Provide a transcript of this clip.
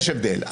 יש הבדל.